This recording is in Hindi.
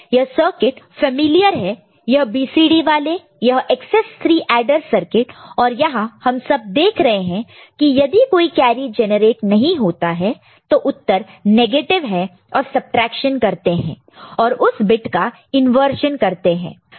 यह सर्किट फैमिलियर है यह BCD वाले यह एकसेस 3 एडर सर्किट और यहां हम देख रहे हैं कि यदि कोई कैरी जेनरेट नहीं होता है तो उत्तर नेगेटिव है और सबट्रैक्शन करते हैं और उस बिट का इंवर्जन करते हैं